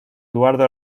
eduardo